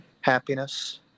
happiness